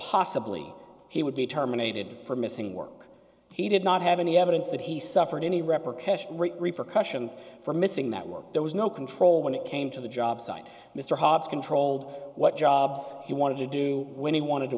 possibly he would be terminated for missing work he did not have any evidence that he suffered any rep or cash repercussions for missing that work there was no control when it came to the job site mr hobbs controlled what jobs he wanted to do when he wanted to